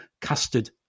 Custard